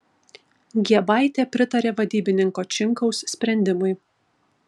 giebaitė pritarė vadybininko činkaus sprendimui